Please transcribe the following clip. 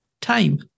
time